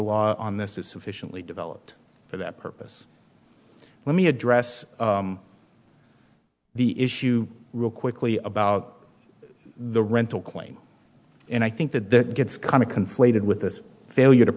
law on this is sufficiently developed for that purpose let me address the issue real quickly about the rental claim and i think that that gets kind of conflated with this failure to